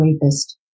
rapist